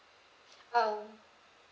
um